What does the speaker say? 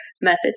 methods